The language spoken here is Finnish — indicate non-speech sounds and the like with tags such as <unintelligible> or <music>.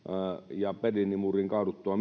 ja myös berliinin muurin kaaduttua <unintelligible>